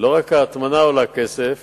לא רק ההטמנה עולה כסף,